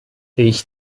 ich